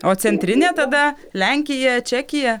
o centrinė tada lenkija čekija